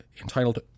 entitled